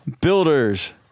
builders